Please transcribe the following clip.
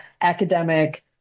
academic